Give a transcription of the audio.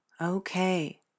Okay